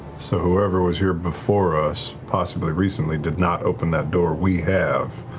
so whoever was here before us, possibly recently, did not open that door. we have.